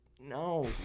no